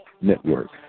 Network